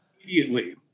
immediately